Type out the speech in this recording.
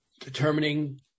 determining